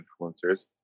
influencers